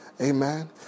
Amen